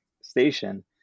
station